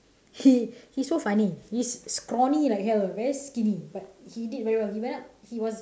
he he so funny he scrawny like hell very skinny but he did very well he went up he was